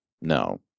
no